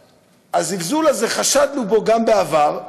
הזלזול הזה, חשדנו בו גם בעבר.